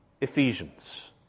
Ephesians